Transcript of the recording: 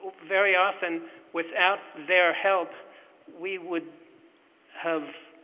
very often without their help we would have